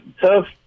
tough